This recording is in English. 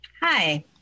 Hi